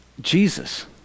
Jesus